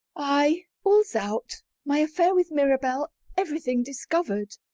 ay, all's out my affair with mirabell, everything discovered.